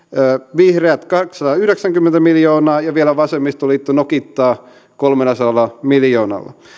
vihreät kaksisataayhdeksänkymmentä miljoonaa ja vielä vasemmistoliitto nokittaa kolmellasadalla miljoonalla